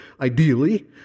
ideally